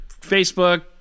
Facebook